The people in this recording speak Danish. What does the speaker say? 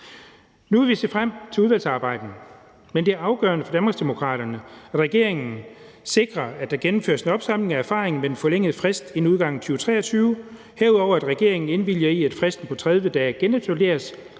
Nu vil vi se frem til udvalgsarbejdet. Men det er afgørende for Danmarksdemokraterne, at regeringen sikrer, at der gennemføres en opsamling af erfaringerne med den forlængede frist inden udgangen af 2023, herunder at regeringen indvilliger i, at fristen på 30 dage genindføres,